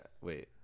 wait